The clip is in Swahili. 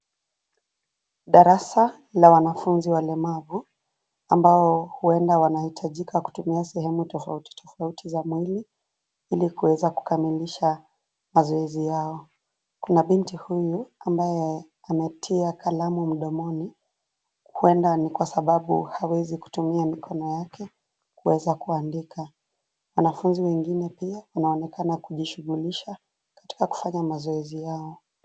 Darasa la wanafunzi walemavu, ambao huenda wanahitajika kutumia sehemu tofauti tofauti za mwili ili kuweza kukamilisha mazoezi yao. Kuna binti huyu ambaye ametia kalamu mdomoni huenda ni kwa sababu hawezi kutumia mikono yake kuweza kuandika. Wanafunzi wengine pia wanaonekana kujishughulisha katika kufanya mazoezi yao.